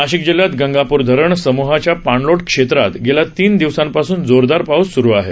नाशिक जिल्ह्यात गंगापूर धरण समूहाच्या पाणलोट क्षेत्रात गेल्या तीन दिवसांपासून जोरदार पाऊस स्रु आहे